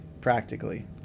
practically